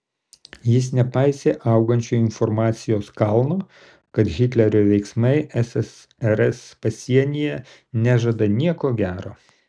jis nepaisė augančio informacijos kalno kad hitlerio veiksmai ssrs pasienyje nežada nieko gero